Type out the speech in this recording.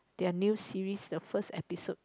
their new series the first episode